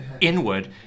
inward